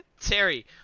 Terry